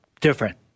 different